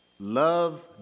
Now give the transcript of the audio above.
love